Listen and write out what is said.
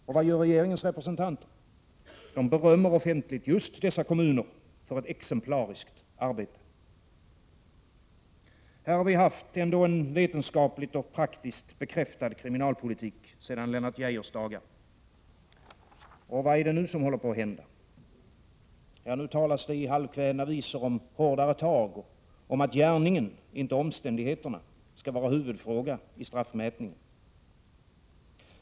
Och vad gör regeringens representanter? De berömmer offentligt just dessa kommuner för ett exemplariskt arbete! Vi har haft en vetenskapligt och praktiskt bekräftad kriminalpolitik sedan Lennart Geijers dagar, och vad händer nu? Nu talas det i halvkvädna visor om hårdare tag och om att gärningen - inte omständigheterna — skall vara huvudfråga i straffmätningen.